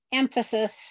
emphasis